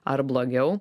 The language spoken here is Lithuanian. ar blogiau